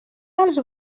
els